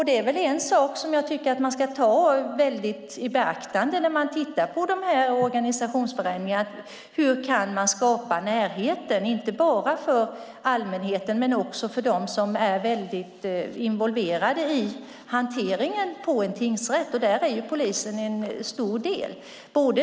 Det är en sak som jag tycker att man ska ta i beaktande när man tittar på organisationsförändringarna: Hur kan man skapa närheten inte bara för allmänheten utan också för dem som är involverade i hanteringen vid en tingsrätt? Där är polisen en stor del.